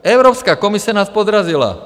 Evropská komise nás podrazila.